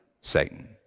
Satan